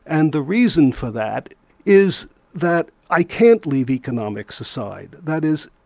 and the reason for that is that i can't leave economics aside. that is,